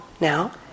now